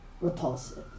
repulsive